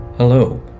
Hello